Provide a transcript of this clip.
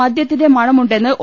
മദ്യ്ത്തിന്റെ മണമു ണ്ടെന്ന് ഒ